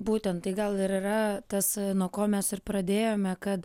būtent tai gal ir yra tas nuo ko mes ir pradėjome kad